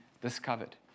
discovered